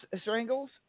Strangles